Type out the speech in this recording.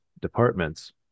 departments